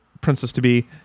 princess-to-be